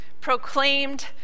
proclaimed